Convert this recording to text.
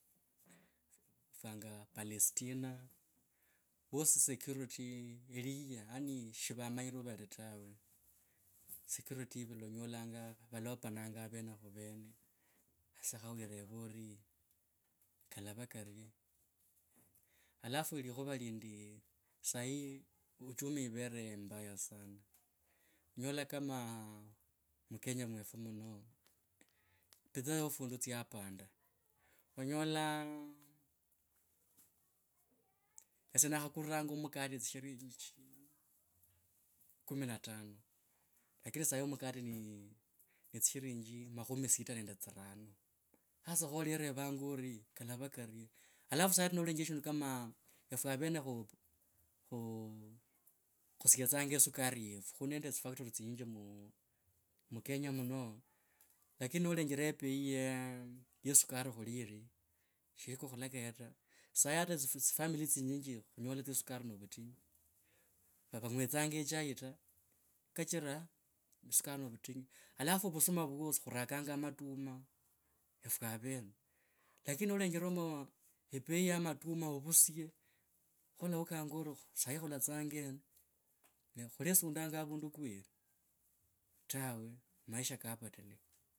Fwanga palestina, vasi, security, eliye, sivamanyire wa vati tawe, security ivula onyolanga valopananga vene khu vene. Hasa kho wireva orire kalava karye, alafu likhuva lindi sahi uchui ivere mabaya sana, nolala kama mukenya mwefo muno, bidhaa yo fundu tsyapanda, onyola, esye nakhakuliranga makati tsishirinji kumi na tano lakini sahi mukati ni, ne tsishirinji makhumi sita nende tsirano, hasa kho olerevanga oriii kalava karie. Alafu sahi nalenjera kama efwe avene khu, khusiotsanga e shukari yefu khu nende tsifactiry tsinyinyi mu, mukenya muno lakini nolenjera e pei ye, ye sukari khuli shiri niko khulakaya ta. Sahi hata tsifamily tsinyinyi khunyola tsa e sukari navutinyu. vangwetsanga e chaita kachira sukari novutinyu. Alafu vusumaa vwosi khurakanga matuma etwe avene, lakini nalenjera kama ebei ya matuma, ovusye, kho olaukanga orii sahi khulatsanga yena, e, khulesundanga avundu kweli tawe maisha kubadilika.